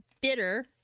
bitter